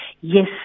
Yes